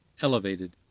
elevated